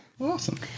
Awesome